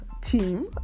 team